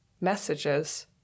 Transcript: messages